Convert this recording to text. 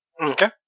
Okay